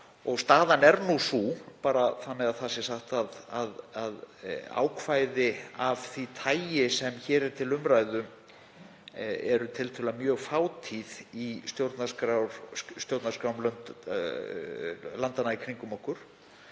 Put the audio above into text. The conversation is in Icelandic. Staðan er nú sú, þannig að það sé sagt, að ákvæði af því tagi sem hér er til umræðu eru tiltölulega mjög fátíð í stjórnarskrám landanna í kringum okkur